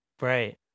right